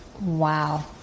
Wow